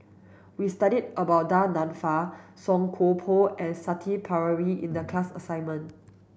we studied about Du Nanfa Song Koon Poh and Shanti Pereira in the class assignment